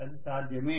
అది సాధ్యమే